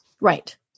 right